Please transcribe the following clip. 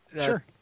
Sure